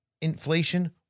inflation